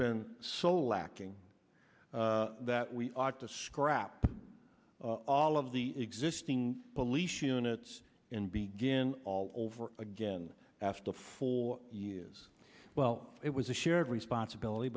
been so lacking that we ought to scrap all of the existing police units in begin all over again after a full year is well it was a shared responsibility